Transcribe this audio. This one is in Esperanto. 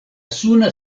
suna